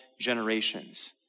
generations